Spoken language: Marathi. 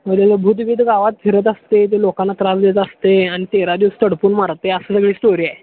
मग त्याचं भूत बीत गावात फिरत असते ते लोकांना त्रास देत असते आणि तेरा दिवस तडपून मारते असलं बी स्टोरी आहे